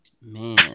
Man